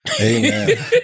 Amen